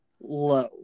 low